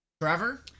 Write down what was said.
Trevor